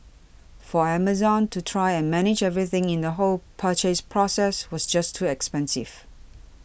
for Amazon to try and manage everything in the whole purchase process was just too expensive